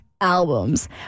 albums